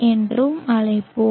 என்றும் அழைப்போம்